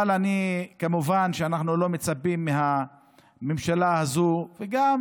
אבל כמובן שאנחנו לא מצפים מהממשלה הזו, וגם